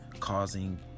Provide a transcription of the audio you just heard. causing